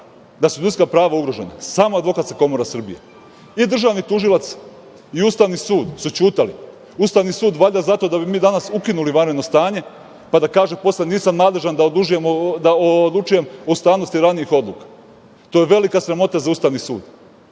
da su ljudska prava ugrožena. Samo Advokatska komora Srbije. I državni tužilac i Ustavni sud su ćutali. Ustavni sud, valjda zato da bi mi danas ukinuli vanredno stanje, pa da kaže posle – nisam nadležan da odlučujem o ustavnosti ranijih odluka. To je velika sramota za Ustavni sud.